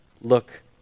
look